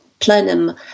plenum